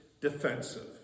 defensive